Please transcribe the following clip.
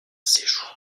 séjour